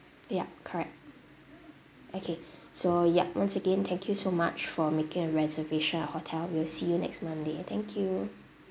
yup correct okay so yup once again thank you so much for making a reservation at hotel we'll see you next monday thank you